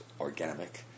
organic